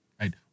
right